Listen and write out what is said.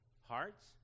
hearts